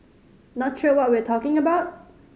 not sure what we're talking about